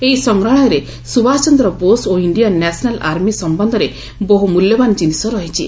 ଏହି ସଂଗହାଳୟରେ ସଭାଷଚନ୍ଦ ବୋଷ ଓ ଇଣ୍ଡିଆନ ନ୍ୟାସନାଲ ଆର୍ମି ସମ୍ଭନ୍ଧରେ ବହୁ ମୂଲ୍ୟବାନ ଜିନିଷ ରହିଛି